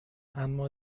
اما